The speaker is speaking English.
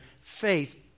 faith